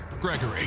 Gregory